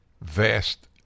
vast